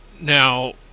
Now